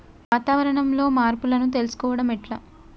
వాతావరణంలో మార్పులను తెలుసుకోవడం ఎట్ల?